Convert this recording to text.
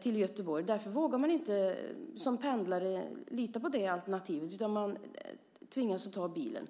till Göteborg längre, och därför vågar man inte som pendlare lita på det alternativet utan tvingas ta bilen.